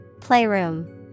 Playroom